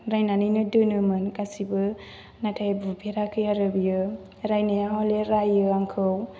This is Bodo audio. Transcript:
रायनानैनो दोनोमोन गासैबो नाथाय बुफेराखै आरो बियो रायनाया हले रायो आंखौ